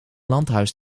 landhuis